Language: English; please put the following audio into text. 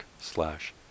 slash